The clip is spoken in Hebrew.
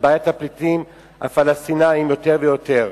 בעיית הפליטים הפלסטינים יותר ויותר,